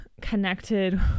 connected